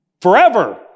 forever